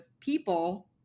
people